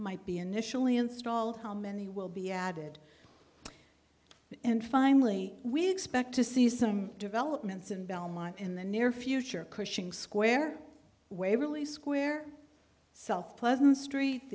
might be initially installed how many will be added and finally we expect to see some developments in belmont in the near future cushing square waverly square itself pleasant street